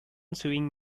sewing